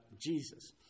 Jesus